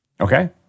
Okay